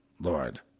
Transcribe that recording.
Lord